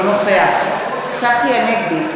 אינו נוכח צחי הנגבי,